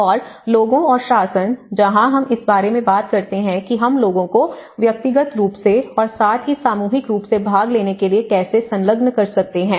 और लोगों और शासन जहां हम इस बारे में बात करते हैं कि हम लोगों को व्यक्तिगत रूप से और साथ ही सामूहिक रूप से भाग लेने के लिए कैसे संलग्न कर सकते हैं